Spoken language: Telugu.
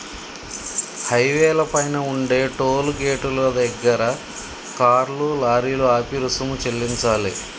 హైవేల పైన ఉండే టోలు గేటుల దగ్గర కార్లు, లారీలు ఆపి రుసుము చెల్లించాలే